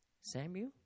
Samuel